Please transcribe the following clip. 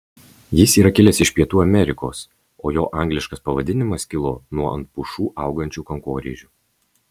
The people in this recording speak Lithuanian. jis yra kilęs iš pietų amerikos o jo angliškas pavadinimas kilo nuo ant pušų augančių kankorėžių